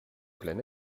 plein